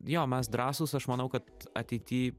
jo mes drąsūs aš manau kad ateity